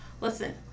Listen